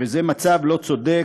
וזה מצב לא צודק,